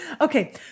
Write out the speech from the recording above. Okay